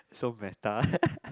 so meta